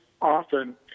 often